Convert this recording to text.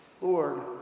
Lord